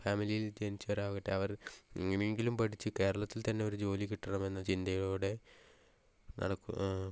ഫാമിലിയിൽ ജനിച്ചവർ ആക്കട്ടെ അവർ എങ്ങനെയെങ്കിലും പഠിച്ച് കേരളത്തിൽ തന്നെ ഒരു ജോലികിട്ടണം എന്ന ചിന്തയോടെ നടക്കുന്ന